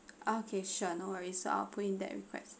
okay sure no worries so I'll put in that request